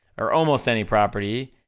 or almost any property,